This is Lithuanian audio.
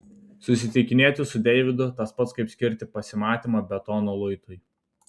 susitikinėti su deividu tas pats kaip skirti pasimatymą betono luitui